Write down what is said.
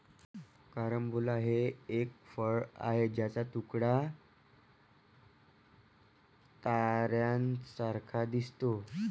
carambola हे एक फळ आहे ज्याचा तुकडा ताऱ्यांसारखा दिसतो